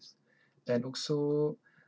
and also